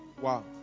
Wow